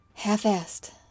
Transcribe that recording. half-assed